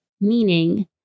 Meaning